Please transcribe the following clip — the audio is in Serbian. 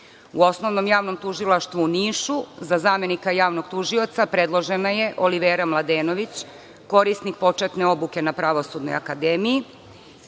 Osnovnom javnom tužilaštvu u Nišu za zamenika Javnog tužioca predložena je Olivera Mladenović, korisnik početne obuke na Pravosudnoj akademiji.Za